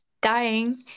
Dying